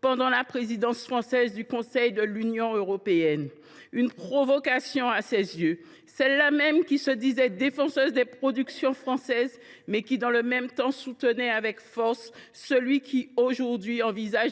pendant la Présidence française du Conseil de l’Union européenne. C’était une provocation, à ses yeux ! Elle se disait défenseure des productions françaises, mais, dans le même temps, soutenait avec force celui qui envisage aujourd’hui